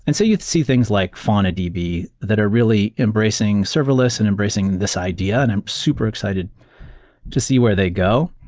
and so you'd see things like faunadb that are really embracing serverless and embracing this idea, and i'm super excited to see where they go.